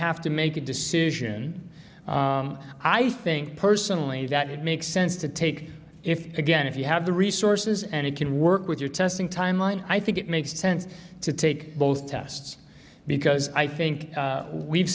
have to make a decision i think personally that it makes sense to take if again if you have the resources and it can work with your testing timeline i think it makes sense to take both tests because i think we've